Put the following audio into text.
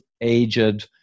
aged